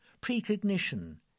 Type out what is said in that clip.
precognition